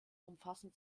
umfassen